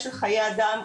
אתמול בטלפון.